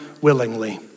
willingly